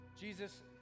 Jesus